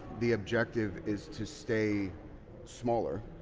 the objective is to stay smaller.